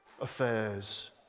Affairs